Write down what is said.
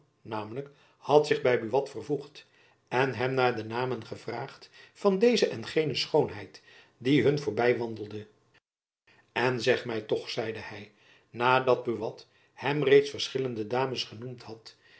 namelijk had zich by buat vervoegd en hem naar de namen gevraagd van deze en gene schoonheid die hun voorby wandelde en zeg my toch zeide hy na dat buat hem reeds verschillende dames genoemd had